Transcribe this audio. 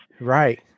Right